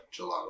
gelato